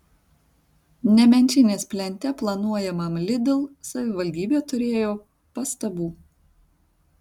nemenčinės plente planuojamam lidl savivaldybė turėjo pastabų